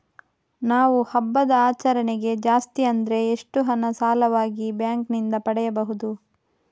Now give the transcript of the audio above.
ನಾವು ಹಬ್ಬದ ಆಚರಣೆಗೆ ಜಾಸ್ತಿ ಅಂದ್ರೆ ಎಷ್ಟು ಹಣ ಸಾಲವಾಗಿ ಬ್ಯಾಂಕ್ ನಿಂದ ಪಡೆಯಬಹುದು?